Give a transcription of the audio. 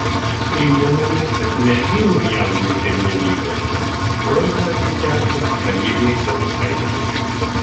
primename kad merginų jaunių pirmenybėse bronza atiteko kamilei gaučaitei